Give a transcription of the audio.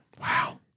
Wow